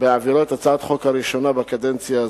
בהעברת הצעת חוק ראשונה בקדנציה הזו.